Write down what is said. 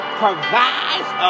provides